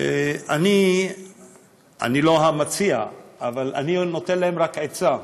אני לא המציע, אבל אני נותן להם רק עצה: